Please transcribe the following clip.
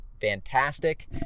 fantastic